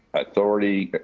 authority